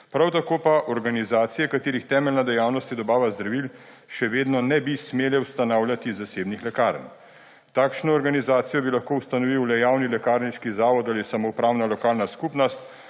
prav tako pa organizacije, katerih temeljna dejavnost je dobava zdravil, še vedno ne bi smele ustanavljati zasebnih lekarn. Takšno organizacijo bi lahko ustanovil le javni lekarniški zavod ali samoupravna lokalna skupnost,